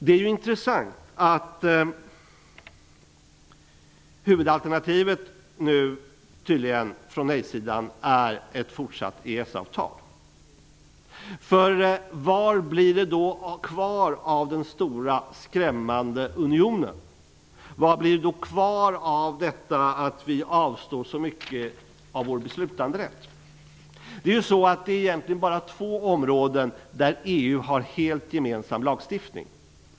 Det är intressant att huvudalternativet från nejsidan nu tydligen är ett fortsatt EES-avtal. Vad blir då kvar av den stora skrämmande unionen? Vad blir det kvar av detta att vi avstår från vår beslutanderätt? Egentligen är det endast två områden där EU har helt gemensam lagstiftning.